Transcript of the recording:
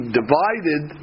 divided